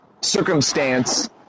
circumstance